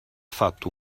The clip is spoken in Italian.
fatto